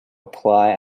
apply